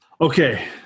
okay